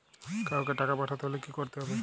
কাওকে টাকা পাঠাতে হলে কি করতে হবে?